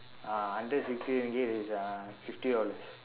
uh hundred sixty ringgit is uh fifty dollars